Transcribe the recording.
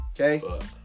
Okay